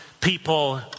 people